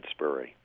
Spurry